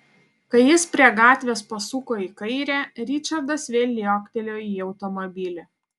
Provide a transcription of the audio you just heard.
kai jis prie gatvės pasuko į kairę ričardas vėl liuoktelėjo į automobilį